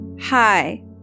Hi